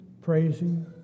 praising